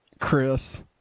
Chris